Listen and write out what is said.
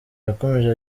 yakomeje